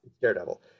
daredevil